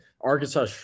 Arkansas